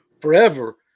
forever